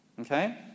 Okay